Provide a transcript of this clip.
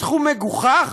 סכום מגוחך,